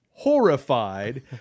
horrified